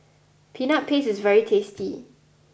Peanut Paste is very tasty